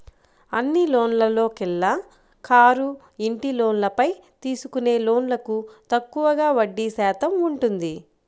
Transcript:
అన్ని లోన్లలోకెల్లా కారు, ఇంటి లోన్లపై తీసుకునే లోన్లకు తక్కువగా వడ్డీ శాతం ఉంటుంది